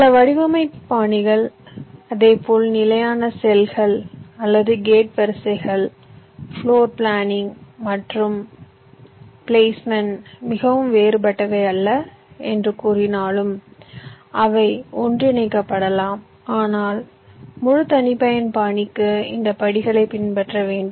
சில வடிவமைப்பு பாணிகள் அதேபோல் நிலையான செல்கள் அல்லது கேட் வரிசைகள் ப்ளோர் பிளானிங் மற்றும் பிளேஸ்மென்ட் மிகவும் வேறுபட்டவை அல்ல என்று கூறினாலும் அவை ஒன்றிணைக்கப்படலாம் ஆனால் முழு தனிப்பயன் பாணிக்கு இந்த படிகளைப் பின்பற்ற வேண்டும்